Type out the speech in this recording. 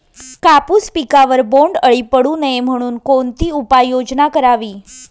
कापूस पिकावर बोंडअळी पडू नये म्हणून कोणती उपाययोजना करावी?